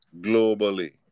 globally